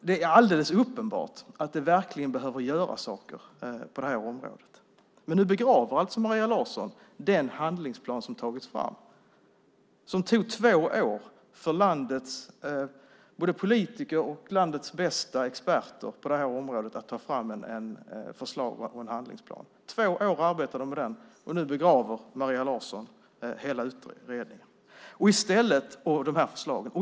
Det är alldeles uppenbart att det verkligen behöver göras saker på området. Nu begraver alltså Maria Larsson den handlingsplan som har tagits fram. Det tog två år för landets politiker och bästa experter på området att ta fram förslag till en handlingsplan. De arbetade två år med den, och nu begraver Maria Larsson hela utredningen och förslagen.